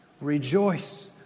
Rejoice